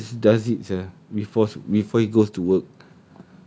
my dad does it sia before before he goes to work